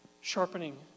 Sharpening